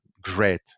Great